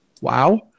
wow